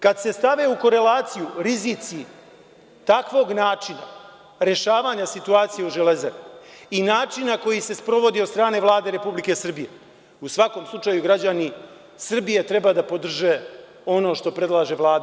Kad se stave u korelaciju rizici takvog načina rešavanja situacije u „Železari“ i načina koji se sprovodi od strane od strane Vlade Republike Srbije, u svakom slučaju građani Srbije treba da podrže ono što predlaže Vlada